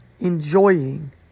enjoying